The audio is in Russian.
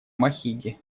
махиге